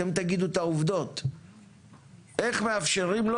אתם תגידו את העובדות - איך מאפשרים לו